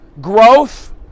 growth